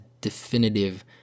definitive